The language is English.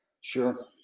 Sure